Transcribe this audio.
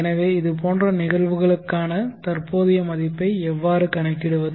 எனவே இதுபோன்ற நிகழ்வுகளுக்கான தற்போதைய மதிப்பை எவ்வாறு கணக்கிடுவது